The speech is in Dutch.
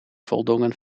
voldongen